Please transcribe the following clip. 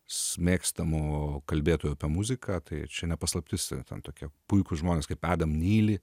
mėgstamų kalbėtojų apie muziką tai čia ne paslaptis ir ten tokie puikūs žmonės kaip adam myli